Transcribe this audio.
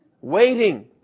Waiting